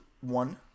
one